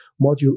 module